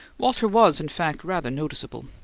walter was, in fact, rather noticeable.